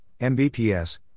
Mbps